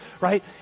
right